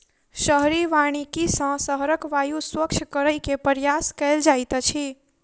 शहरी वानिकी सॅ शहरक वायु स्वच्छ करै के प्रयास कएल जाइत अछि